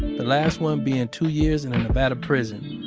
the last one being two years in a nevada prison.